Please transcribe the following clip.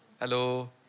Hello